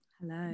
Hello